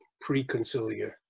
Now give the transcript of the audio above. pre-conciliar